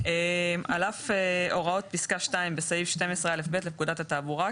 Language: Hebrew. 47.על אף הוראות פסקה (2) בסעיף 12א(ב) לפקודת התעבורה,